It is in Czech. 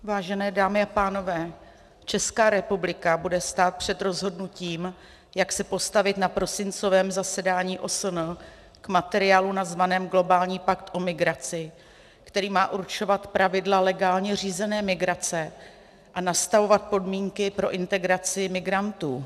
Vážené dámy a pánové, Česká republika bude stát před rozhodnutím, jak se postavit na prosincovém zasedání OSN k materiálu nazvanému globální pakt o migraci, který má určovat pravidla legálně řízené migrace a nastavovat podmínky pro integraci migrantů.